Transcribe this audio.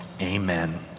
amen